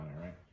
Right